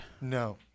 No